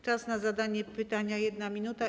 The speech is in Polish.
Czas na zadanie pytania - 1 minuta.